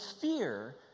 fear